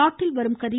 நாட்டில் வரும் கரீ